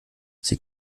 sie